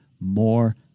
more